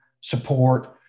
support